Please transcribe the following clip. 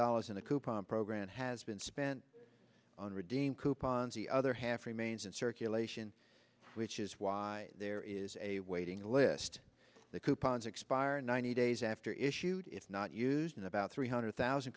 dollars in the coupon program has been spent on redeem coupons the other half remains in circulation which is why there is a waiting list the coupons expire ninety days after issued if not using about three hundred thousand